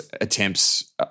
attempts